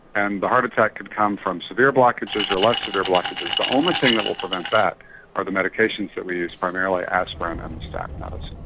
and the heart attack could come from severe blockages or less severe blockages, the only thing that will prevent that are the medications that we use, primarily aspirin and the statin medicines.